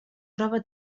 troba